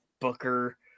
booker